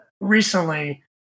recently